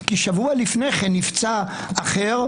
כי שבוע לפני כן נפצע אחר,